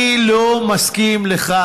אני לא מסכים לכך.